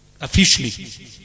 Officially